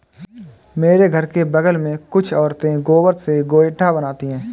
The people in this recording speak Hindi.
मेरे घर के बगल में कुछ औरतें गोबर से गोइठा बनाती है